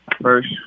first